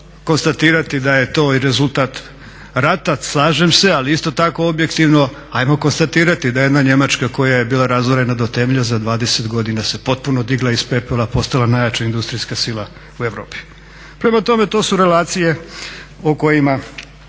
da je to i rezultat rata slažem se ali isto tako objektivno ajmo konstatirati da jedna Njemačka koja je bila razorena do temelja za 20 godina se potpuno digla iz pepela, postala najjača industrijska sila u Europi. Prema tome, to su relacije o kojima